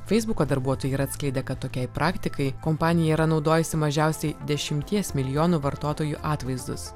feisbuko darbuotojai yra atskleidę kad tokiai praktikai kompanija yra naudojusi mažiausiai dešimties milijonų vartotojų atvaizdus